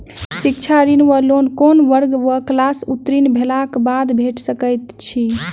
शिक्षा ऋण वा लोन केँ वर्ग वा क्लास उत्तीर्ण भेलाक बाद भेट सकैत छी?